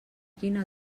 quina